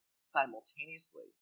simultaneously